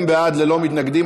40 בעד, ללא מתנגדים.